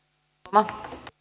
arvoisa